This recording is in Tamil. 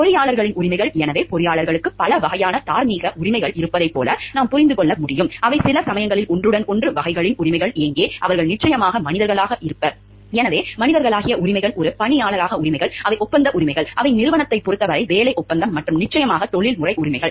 பொறியியலாளர்களின் உரிமைகள் எனவே பொறியாளர்களுக்கு பல வகையான தார்மீக உரிமைகள் இருப்பதைப் போல நாம் புரிந்து கொள்ள முடியும் அவை சில சமயங்களில் ஒன்றுடன் ஒன்று வகைகளின் உரிமைகள் எங்கே அவர்கள் நிச்சயமாக மனிதர்கள் எனவே மனிதர்களாகிய உரிமைகள் ஒரு பணியாளராக உரிமைகள் அவை ஒப்பந்த உரிமைகள் அவை நிறுவனத்தைப் பொறுத்தவரை வேலை ஒப்பந்தம் மற்றும் நிச்சயமாக தொழில்முறை உரிமைகள்